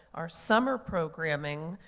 our summer programming,